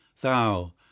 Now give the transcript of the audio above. thou